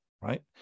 right